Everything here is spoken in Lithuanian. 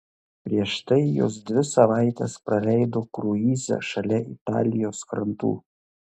prieš tai jos dvi savaites praleido kruize šalia italijos krantų